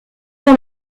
dans